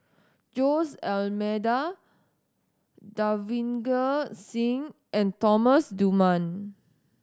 Jose D'Almeida Davinder Singh and Thomas Dunman